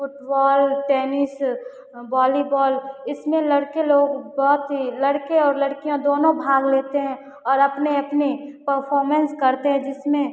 football tennis volleyball इसमें लड़के लोग बहुत ही लड़के और लड़कियाँ दोनों भाग लेते हैं और अपनी अपनी परफॉरमेन्स करते हैं जिसमें